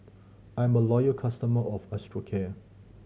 I'm a loyal customer of Osteocare